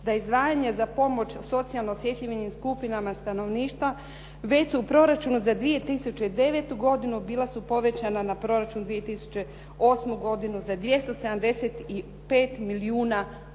da izdvajanje za pomoć socijalno osjetljivim skupinama stanovništva već su u proračunu za 2009. godinu bila su povećana na proračun 2008. godinu za 275 milijuna kuna.